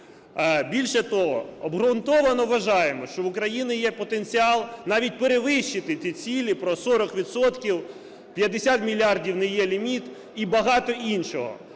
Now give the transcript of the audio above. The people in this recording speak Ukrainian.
Більше того, обґрунтовано вважаємо, що в Україні є потенціал навіть перевищити ті цілі про 40 відсотків, 50 мільярдів не є ліміт і багато іншого.